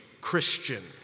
Christian